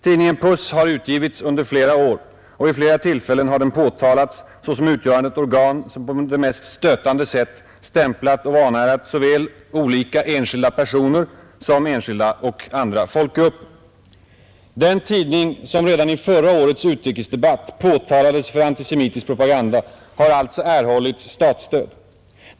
Tidningen Puss har utgivits under flera år, och vid flera tillfällen har den påtalats såsom utgörande ett organ som på det mest stötande sätt stämplat och vanärat såväl olika enskilda personer som folkgrupper. Den tidning som redan i förra årets utrikesdebatt påtalades för antisemitisk propaganda har alltså erhållit statligt stöd.